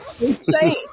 Insane